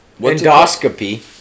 Endoscopy